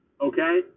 okay